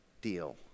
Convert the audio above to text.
Deal